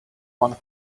one